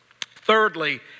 Thirdly